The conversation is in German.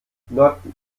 nord